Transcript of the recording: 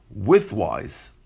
widthwise